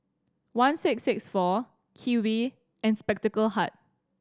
one six six four Kiwi and Spectacle Hut